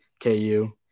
KU